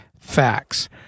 facts